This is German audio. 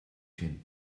finden